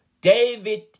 David